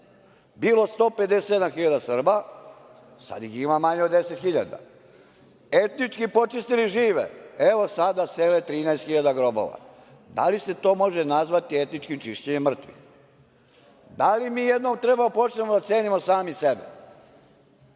Bilo 157 hiljada Srba, sad ih ima manje od 10 hiljada. Etički počistili žive, evo, sada sele 13 hiljada grobova. Da li se to može nazvati etničkim čišćenjem mrtvih? Da li mi jednom treba da počnemo da cenimo sami sebe?